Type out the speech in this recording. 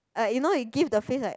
um you know he give the face like